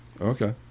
okay